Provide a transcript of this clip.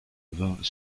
vingt